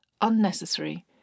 ...unnecessary